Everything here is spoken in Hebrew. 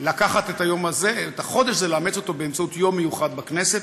לקחת את החודש הזה ולאמץ אותו באמצעות יום מיוחד בכנסת.